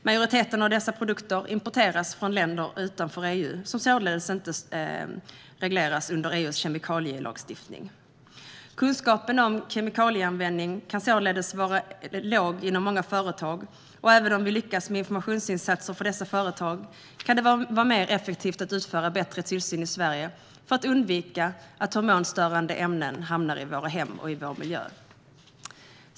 Majoriteten av dessa produkter importeras från marknader utanför EU och regleras således inte av EU:s kemikalielagstiftning. Kunskapen om kemikalieanvändning kan vara låg i många företag, och även om vi kan lyckas med informationsinsatser för dessa företag kan det vara mer effektivt att utföra bättre tillsyn i Sverige för att undvika att hormonstörande ämnen hamnar i våra hem och i vår miljö.